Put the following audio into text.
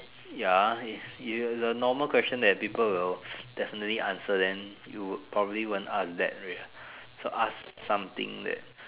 ya if you the normal question that people will definitely answer then you would probably won't ask that so ask something that